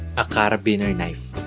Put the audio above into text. a carabiner knife